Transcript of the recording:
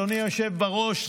אדוני היושב בראש,